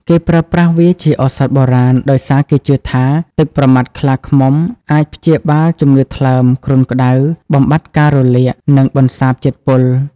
គេប្រើប្រាស់វាជាឱសថបុរាណ ដោយសារគេជឿថា ទឹកប្រមាត់ខ្លាឃ្មុំអាចព្យាបាលជំងឺថ្លើម គ្រុនក្តៅ បំបាត់ការរលាក និងបន្សាបជាតិពុល។